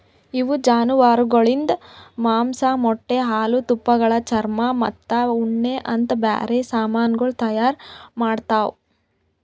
ಇವು ಜಾನುವಾರುಗೊಳಿಂದ್ ಮಾಂಸ, ಮೊಟ್ಟೆ, ಹಾಲು, ತುಪ್ಪಳ, ಚರ್ಮ ಮತ್ತ ಉಣ್ಣೆ ಅಂತ್ ಬ್ಯಾರೆ ಸಮಾನಗೊಳ್ ತೈಯಾರ್ ಮಾಡ್ತಾವ್